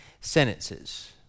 sentences